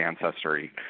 ancestry